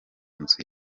nzu